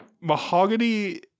mahogany